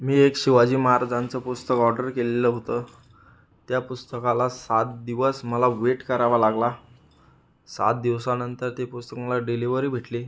मी एक शिवाजी महाराजांचं पुस्तक ऑर्डर केलेलं होतं त्या पुस्तकाला सात दिवस मला वेट करावा लागला सात दिवसानंतर ते पुस्तक मला डिलिवरी भेटली